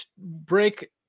break